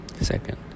Second